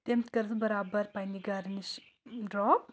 تٔمۍ کٔرٕس بہٕ برابر پنٛنہِ گَرِ نِش ڈرٛاپ